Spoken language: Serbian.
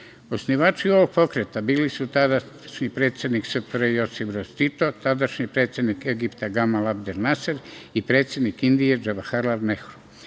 ovog Pokreta bili su tadašnji predsednik SFRJ Josip Broz Tito, tadašnji predsednik Egipta Gamal Abdel Naser i predsednik Indije Džavaharlal Nehru. Pokret